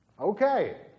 Okay